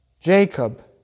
Jacob